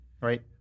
Right